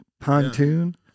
pontoon